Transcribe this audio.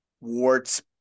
Wart's